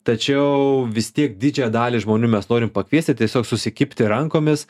tačiau vis tiek didžiąją dalį žmonių mes norim pakviesti ir tiesiog susikibti rankomis